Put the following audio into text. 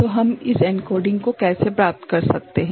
तो हम इस एन्कोडिंग को कैसे प्राप्त कर सकते हैं